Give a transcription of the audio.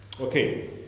Okay